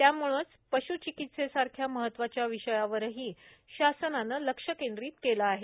त्यामुळेच पशुचिकित्सेसारख्या महत्वाच्या विषयावरही शासनाने लक्ष केंद्रीत केले आहे